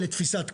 לתפיסת קרקע.